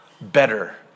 better